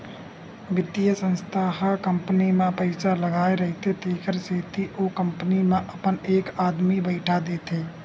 बित्तीय संस्था ह कंपनी म पइसा लगाय रहिथे तेखर सेती ओ कंपनी म अपन एक आदमी बइठा देथे